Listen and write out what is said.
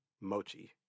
mochi